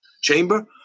chamber